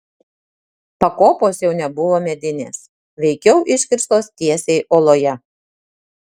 pakopos jau nebuvo medinės veikiau iškirstos tiesiai uoloje